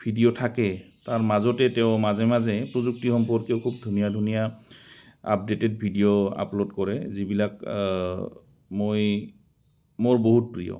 video থাকে তাৰ মাজতে তেওঁ মাজে মাজে প্ৰযুক্তি সম্পৰ্কেও খুব ধুনীয়া ধুনীয়া আপডে'টেড ভিডিঅ' আপলোড কৰে যিবিলাক মই মোৰ বহুত প্ৰিয়